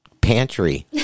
pantry